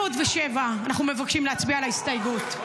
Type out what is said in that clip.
907, אנחנו מבקשים להצביע על ההסתייגות.